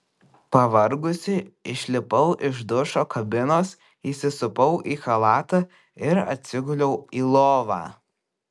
pavargusi išlipau iš dušo kabinos įsisupau į chalatą ir atsiguliau į lovą